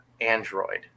android